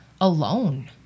alone